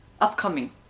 Upcoming